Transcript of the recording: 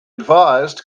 advised